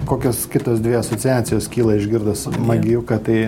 kokios kitos dvi asociacijos kyla išgirdus magijuka tai